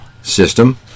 system